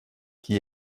qui